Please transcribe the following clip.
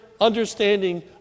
understanding